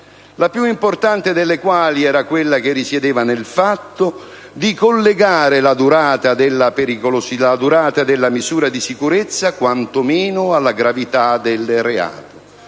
la più importante delle quali era quella di collegare la durata della misura di sicurezza quanto meno alla gravità del reato,